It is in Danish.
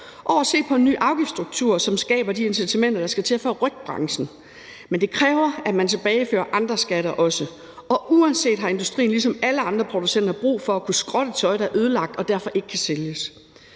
for at se på en ny afgiftsstruktur, som skaber de incitamenter, der skal til, for at rykke branchen. Men det kræver, at man også tilbagefører andre skatter. Uanset hvad, har industrien ligesom alle andre producenter brug for at kunne skrotte tøj, der er ødelagt og derfor ikke kan sælges.